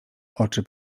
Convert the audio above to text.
oczy